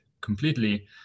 completely